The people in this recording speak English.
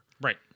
Right